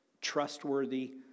trustworthy